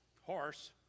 horse